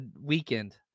weekend